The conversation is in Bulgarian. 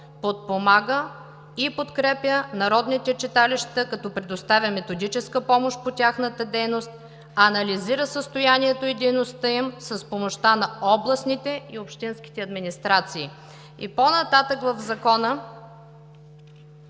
подпомага и подкрепя народните читалища, като предоставя методическа помощ по тяхната дейност, анализира състоянието и дейността им с помощта на областните и общинските администрации“. По-нататък в Закона